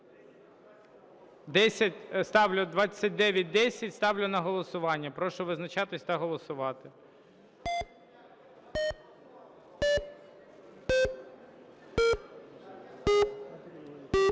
Ставлю 2910, ставлю на голосування. Прошу визначатися та голосувати.